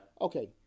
Okay